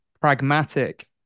pragmatic